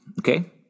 Okay